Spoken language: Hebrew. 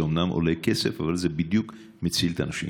זה אומנם עולה כסף אבל זה בדיוק מציל את האנשים.